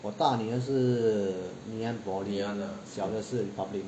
我大女儿是 ngee ann poly 小的是 republic